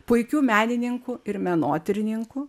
puikių menininkų ir menotyrininkų